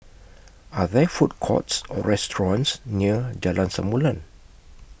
Are There Food Courts Or restaurants near Jalan Samulun